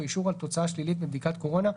אישור על תוצאה שלילית בבדיקת קורונה,